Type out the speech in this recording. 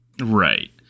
Right